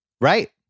Right